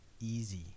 easy